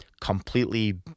completely